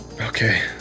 okay